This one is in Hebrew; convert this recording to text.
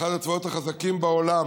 אחד הצבאות החזקים בעולם,